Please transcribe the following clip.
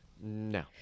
No